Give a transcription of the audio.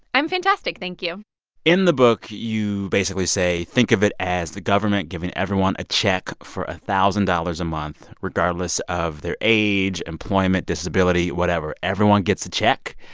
i'm fantastic. thank you in the book, you basically say, think of it as the government giving everyone a check for a thousand dollars a month, regardless of their age, employment, disability, whatever. everyone gets a check.